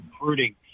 recruiting